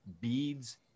beads